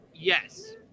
Yes